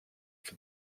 for